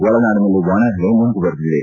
ಒಳನಾಡಿನಲ್ಲಿ ಒಣಪವೆ ಮುಂದುವರೆದಿದೆ